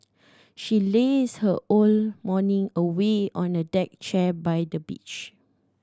she lazed her all morning away on a deck chair by the beach